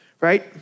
right